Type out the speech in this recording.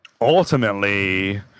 Ultimately